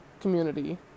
community